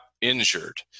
injured